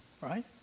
right